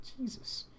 Jesus